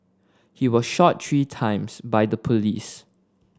he was shot three times by the police